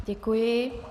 Děkuji.